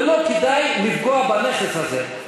ולא כדאי לפגוע בנכס הזה,